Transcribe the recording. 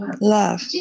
love